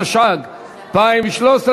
התשע"ג 2013,